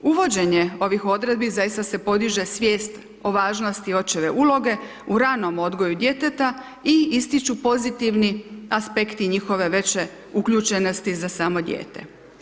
Uvođenje ovih odredbi zaista se podiže svijet o važnosti očeve uloge u ranom odgoju djeteta i ističu pozitivni aspekti njihove veće uključenosti za samo dijete.